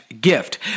gift